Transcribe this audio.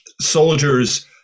soldiers